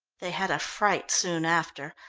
they had a fright soon after.